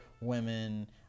women